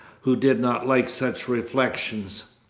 who did not like such reflections.